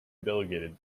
delegated